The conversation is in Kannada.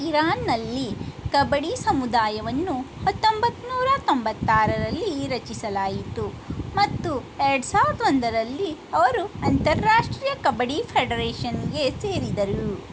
ಇರಾನ್ನಲ್ಲಿ ಕಬಡ್ಡಿ ಸಮುದಾಯವನ್ನು ಹತ್ತೊಂಬತ್ತು ನೂರ ತೊಂಬತ್ತಾರರಲ್ಲಿ ರಚಿಸಲಾಯಿತು ಮತ್ತು ಎರಡು ಸಾವ್ರದ ಒಂದರಲ್ಲಿ ಅವರು ಅಂತರಾಷ್ಟ್ರೀಯ ಕಬಡ್ಡಿ ಫೆಡರೇಶನ್ಗೆ ಸೇರಿದರು